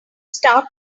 start